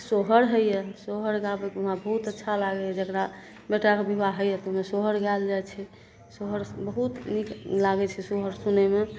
सोहर होइए सोहर गाबैके वहाँ बहुत अच्छा लागैए जकरा बेटाके विवाह होइए तऽ ओहिमे सोहर गाएल जाइ छै सोहर बहुत नीक लागै छै सोहर सुनैमे